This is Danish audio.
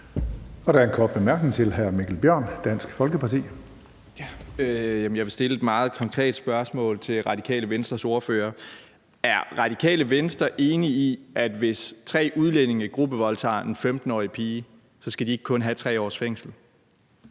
Jeg vil stille et meget konkret spørgsmål til Radikale Venstres ordfører: Er Radikale Venstre enig i, at hvis tre udlændinge gruppevoldtager en 15-årig pige, skal de ikke kun have 3 års fængsel?